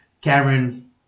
Cameron